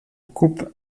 coupe